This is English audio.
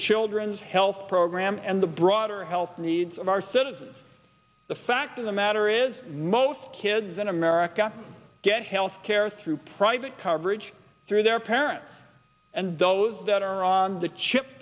children's health program and the broader health needs of our citizens the fact of the matter is most kids in america get health care through private coverage through their parents and those that are on the chip